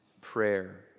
prayer